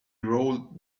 rolled